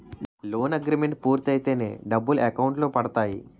loan agreement పూర్తయితేనే డబ్బులు account లో పడతాయి